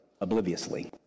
obliviously